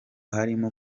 harimo